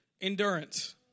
endurance